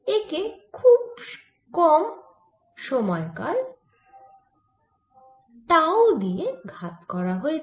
একে খুব কম টাউ সময়কালে ঘাত করা হয়েছে